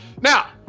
Now